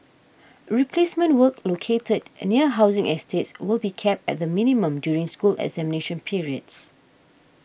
replacement work located near housing estates will be kept at the minimum during school examination periods